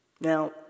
Now